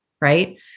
right